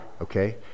okay